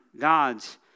God's